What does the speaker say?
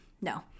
No